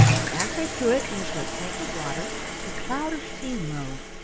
and as they threw it into a tank of water a cloud of steam rose,